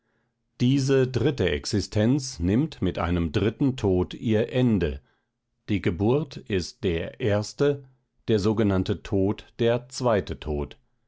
diese dritte existenz nimmt mit einem dritten tod ihr ende die geburt ist die erste der sogenannte tod der zweite tod